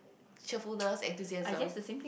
cheerfulness enthusiasm